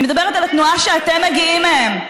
אני מדברת על התנועה שאתם מגיעים ממנה.